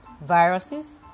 Viruses